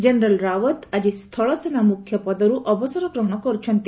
general Rawat ଆଜି ସ୍ଥଳ ସେନା ମୁଖ୍ୟ ପଦରୁ ଅବସର ଗ୍ରହଣ କରୁଛନ୍ତି